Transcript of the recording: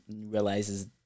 realizes